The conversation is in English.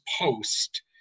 post